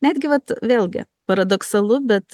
netgi vat vėlgi paradoksalu bet